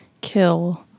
kill